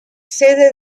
sede